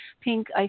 pink